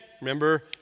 remember